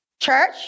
Church